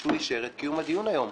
שהוא אישר את קיום הדיון היום?